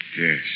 Yes